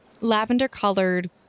lavender-colored